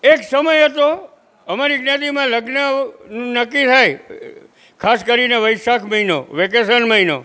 એક સમય હતો અમારી જ્ઞાતિમાં લગ્ન નક્કી થાય ખાસ કરીને વૈશાખ મહિનો વેકેશન મહિનો